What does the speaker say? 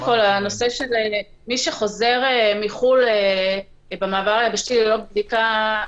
מי שחוזר מחו"ל במעבר היבשתי ללא בדיקה,